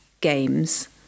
games